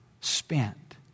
spent